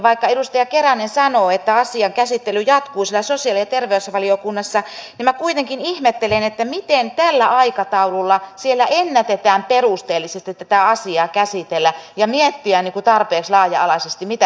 vaikka edustaja keränen sanoi että asian käsittely jatkuu siellä sosiaali ja terveysvaliokunnassa niin minä kuitenkin ihmettelen miten tällä aikataululla siellä ennätetään perusteellisesti käsitellä tätä asiaa ja miettiä tarpeeksi laaja alaisesti mitä tästä seuraa